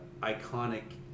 iconic